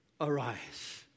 arise